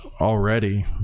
already